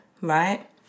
right